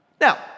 Now